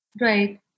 Right